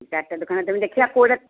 ଚାରିଟା ଦୋକାନ ତୁମେ ଦେଖିବା କେଉଁଟା